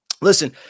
Listen